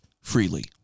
freely